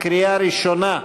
בקריאה ראשונה.